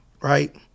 Right